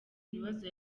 ibibazo